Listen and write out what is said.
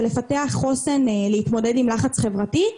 ולפתח חוסן להתמודד עם לחץ חברתי,